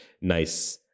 nice